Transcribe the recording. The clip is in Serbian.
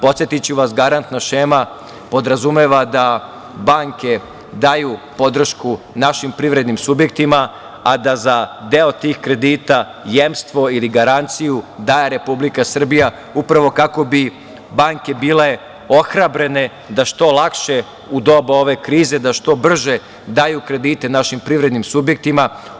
Podsetiću vas, garantna šema podrazumeva da banke daju podršku našim privrednim subjektima, a da za deo tih kredita jemstvo ili garanciju daje Republika Srbija, upravo kako bi banke bile ohrabrene da što lakše u doba ove krize, da što brže daju kredite našim privrednim subjektima.